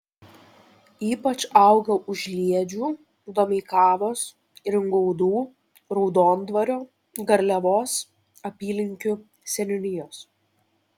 ypač auga užliedžių domeikavos ringaudų raudondvario garliavos apylinkių seniūnijos